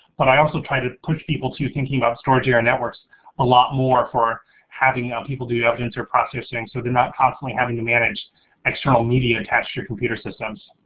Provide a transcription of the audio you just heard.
but i also try to push people to thinking about storage area networks a lot more for having ah people do evidence or processing, so they're not constantly having to manage external media attached to your computer systems.